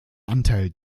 anteil